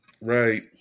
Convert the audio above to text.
Right